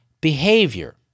behavior